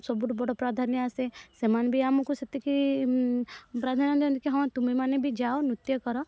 ସବୁଠୁ ବଡ଼ ପ୍ରାଧାନ୍ୟ ଆସେ ସେମାନେ ବି ଆମକୁ ସେତିକି ପ୍ରାଧାନ୍ୟ ଦିଅନ୍ତି କି ହଁ ତୁମେମାନେ ବି ଯାଅ ନୃତ୍ୟ କର